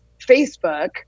Facebook